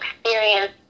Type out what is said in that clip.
experience